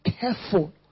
careful